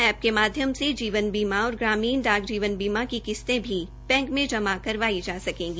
app के माध्यम से जीवन बीमा और ग्रामीण डाक जीवन बीमा की किस्तें भी बैंक में जमा करवाई जा सकेंगी